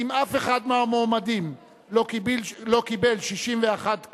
אם אף אחד מהמועמדים לא קיבל 61 קולות,